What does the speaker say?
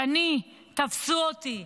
שני, תפסו אותי.